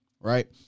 right